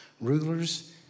rulers